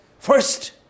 First